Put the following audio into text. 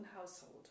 household